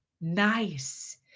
nice